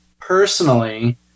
Personally